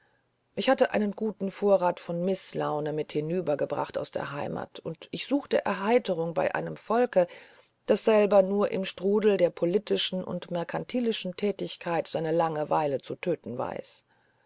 ich hatte einen guten vorrat von mißlaune mit hinübergebracht aus der heimat und ich suchte erheiterung bei einem volke das selber nur im strudel der politischen und merkantilischen tätigkeit seine langeweile zu töten weiß